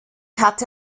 hatte